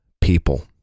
people